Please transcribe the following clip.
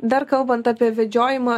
dar kalbant apie vedžiojimą